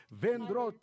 vendro